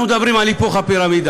אנחנו מדברים על היפוך הפירמידה.